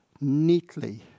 neatly